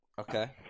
okay